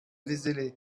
vézelay